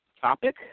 topic